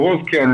הרוב כן.